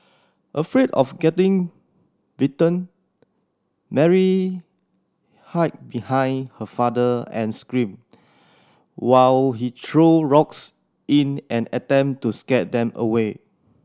afraid of getting bitten Mary hide behind her father and screamed while he threw rocks in an attempt to scare them away